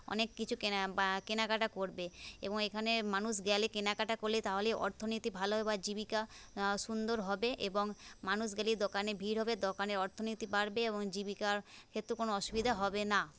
অনেক কিছু কেনা বা কেনাকাটা করবে এবং এখানে মানুষ গেলে কেনাকাটা করলে তাহলেই অর্থনীতি ভালো বা জীবিকা সুন্দর হবে এবং মানুষ গেলেই দোকানে ভিড় হবে দোকানের অর্থনীতি বাড়বে এবং জীবিকার ক্ষেত্রেও কোন অসুবিধা হবে না